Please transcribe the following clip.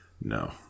No